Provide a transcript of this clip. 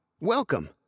Welcome